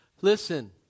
Listen